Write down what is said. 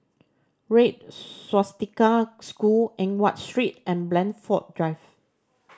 Red Swastika School Eng Watt Street and Blandford Drive